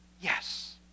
yes